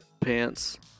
pants